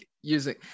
using